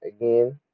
again